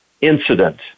incident